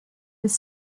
with